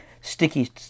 sticky